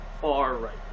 far-right